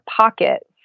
pocket